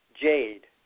Jade